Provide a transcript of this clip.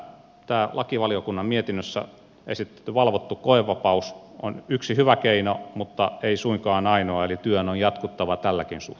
tämä lakivaliokunnan mietinnössä esitetty valvottu koevapaus on yksi hyvä keino mutta ei suinkaan ainoa eli työn on jatkuttava tälläkin osalla